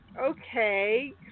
okay